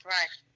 Right